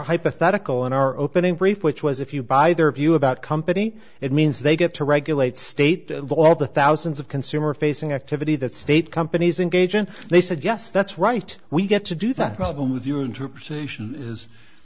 hypothetical in our opening brief which was if you buy their view about company it means they get to regulate state of all the thousands of consumer facing activity that state companies in gauge and they said yes that's right we get to do th